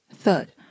Third